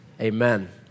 Amen